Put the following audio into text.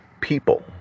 people